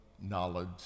knowledge